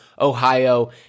Ohio